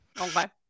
Okay